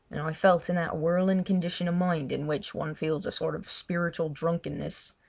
and i felt in that whirling condition of mind in which one feels a sort of spiritual drunkenness,